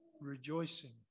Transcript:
rejoicing